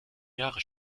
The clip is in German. jahre